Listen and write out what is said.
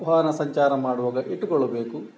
ವಾಹನ ಸಂಚಾರ ಮಾಡುವಾಗ ಇಟ್ಟುಕೊಳ್ಳಬೇಕು